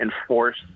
enforce